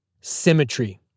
symmetry